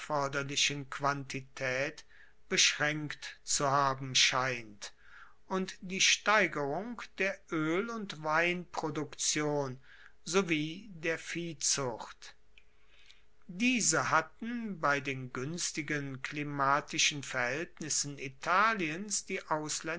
quantitaet beschraenkt zu haben scheint und die steigerung der oel und weinproduktion sowie der viehzucht diese hatten bei den guenstigen klimatischen verhaeltnissen italiens die